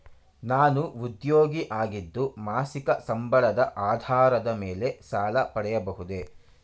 ನಾನು ಉದ್ಯೋಗಿ ಆಗಿದ್ದು ಮಾಸಿಕ ಸಂಬಳದ ಆಧಾರದ ಮೇಲೆ ಸಾಲ ಪಡೆಯಬಹುದೇ?